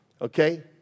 Okay